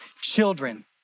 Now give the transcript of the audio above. children